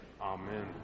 Amen